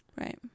right